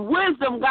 wisdom